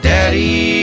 Daddy